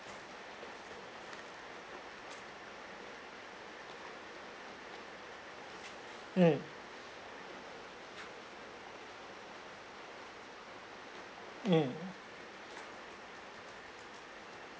mm mm